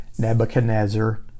Nebuchadnezzar